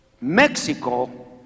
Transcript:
Mexico